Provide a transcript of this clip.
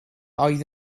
oedd